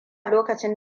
lokacin